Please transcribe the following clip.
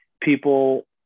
people